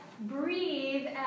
breathe